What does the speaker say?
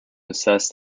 assess